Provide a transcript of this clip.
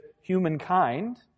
humankind